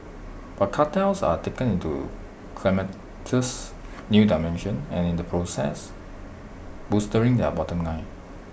but cartels are taking IT to calamitous new dimensions and in the process bolstering their bottom line